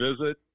visit